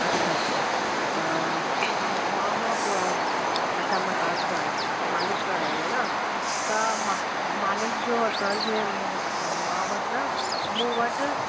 अच्छा अच्छा मां उहा प अच्छा मसाज कराइणी आहे तव्हांखे मालिश कराइणी आहे न त मां हा मालिश जो असांजे मां वटि न मूं वटि